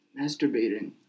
Masturbating